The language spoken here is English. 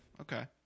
Okay